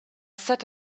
set